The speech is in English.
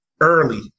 Early